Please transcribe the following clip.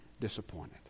disappointed